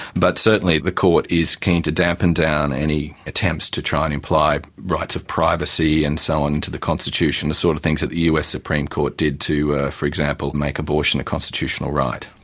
but certainly the court is keen to dampen down any attempts to try and imply rights of privacy and so on into the constitution, the sort of things that the us supreme court did to, for example, make abortion a constitutional right.